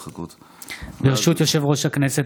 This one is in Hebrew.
ברשות יושב-ראש הכנסת,